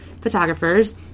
photographers